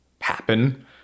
happen